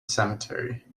cemetery